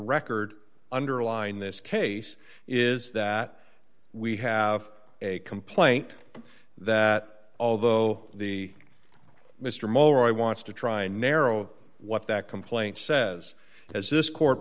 record underlying this case is that we have a complaint that although the mr mori wants to try and narrow what that complaint says as this court